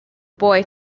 boy